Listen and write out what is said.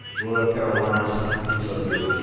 laura carolina santacruz abril.